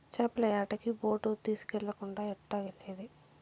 చేపల యాటకి బోటు తీస్కెళ్ళకుండా ఎట్టాగెల్లేది